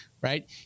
right